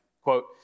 Quote